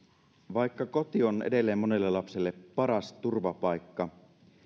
vaikka koti on edelleen monelle lapselle paras turvapaikka